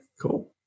cool